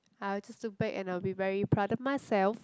I'll just look back and I will be very proud of myself